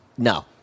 No